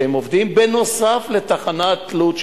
שהם עובדים נוסף על תחנת לוד,